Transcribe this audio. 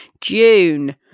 June